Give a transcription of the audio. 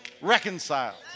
Reconciled